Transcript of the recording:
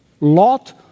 Lot